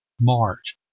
March